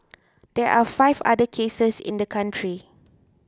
there are five other cases in the country